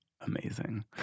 amazing